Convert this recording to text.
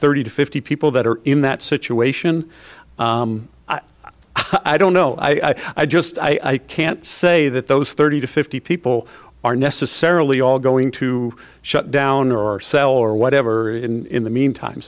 thirty to fifty people that are in that situation i don't know i i just i can't say that those thirty to fifty people are necessarily all going to shut down or sell or whatever in the meantime